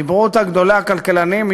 חיברו אותה גדולי הכלכלנים.